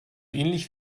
ähnlich